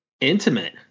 intimate